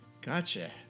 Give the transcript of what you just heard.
Gotcha